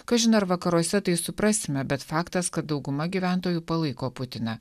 kažin ar vakaruose tai suprasime bet faktas kad dauguma gyventojų palaiko putiną